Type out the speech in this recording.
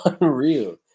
unreal